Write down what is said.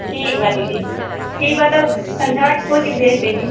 ठीक बा दीदी ठीक बा ता संध्या को कोई को भेज देनी